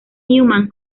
newman